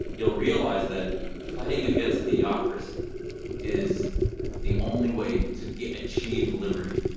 you'll realize that fighting against theocracy is the only way to achieve liberty.